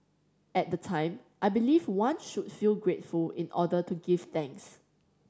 at the time I believed one should feel grateful in order to give thanks